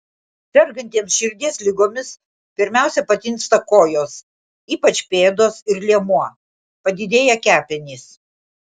sergantiems širdies ligomis pirmiausia patinsta kojos ypač pėdos ir liemuo padidėja kepenys